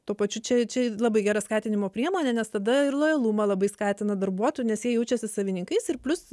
tuo pačiu čia čia labai gera skatinimo priemonė nes tada ir lojalumą labai skatina darbuotojų nes jie jaučiasi savininkais ir plius